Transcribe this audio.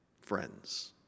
friends